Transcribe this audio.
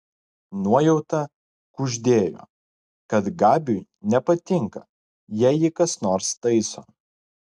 nuojauta kuždėjo kad gabiui nepatinka jei jį kas nors taiso